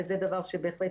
וזה דבר שבהחלט מתקדם יפה.